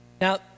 Now